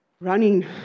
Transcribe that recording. running